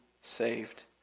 saved